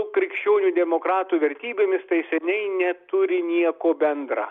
su krikščionių demokratų vertybėmis tai seniai neturi nieko bendra